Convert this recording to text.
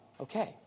okay